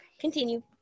Continue